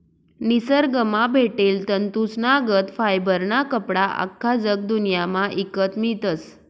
निसरगंमा भेटेल तंतूसनागत फायबरना कपडा आख्खा जगदुन्यामा ईकत मियतस